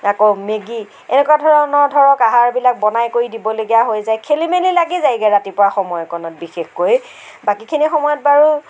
আকৌ মেগী এনেকুৱা ধৰণৰ ধৰক আহাৰবিলাক বনাই কৰি দিবলগীয়া হৈ যায় খেলি মেলি লাগি যায়গৈ ৰাতিপুৱা সময়কণত বিশেষকৈ বাকীখিনি সময়ত বাৰু